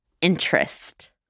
interest